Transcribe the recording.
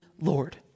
Lord